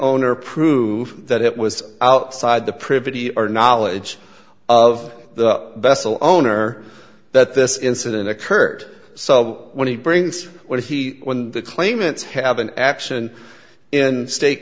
owner prove that it was outside the privity or knowledge of the bessel owner that this incident occurred so when he brings what he when the claimants have an action in state